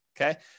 okay